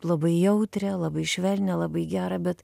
labai jautrią labai švelnią labai gerą bet